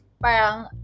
parang